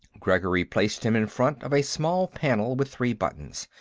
gregory placed him in front of a small panel with three buttons.